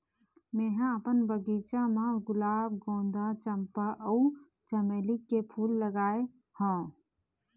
मेंहा अपन बगिचा म गुलाब, गोंदा, चंपा अउ चमेली के फूल लगाय हव